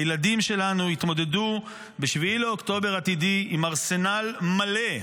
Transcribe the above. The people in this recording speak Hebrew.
הילדים שלנו יתמודדו ב-7 באוקטובר עתידי עם ארסנל מלא,